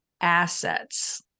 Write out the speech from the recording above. assets